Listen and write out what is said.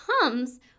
comes